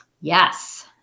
Yes